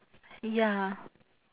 ya